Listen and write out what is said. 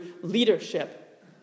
leadership